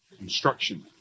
instruction